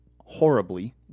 horribly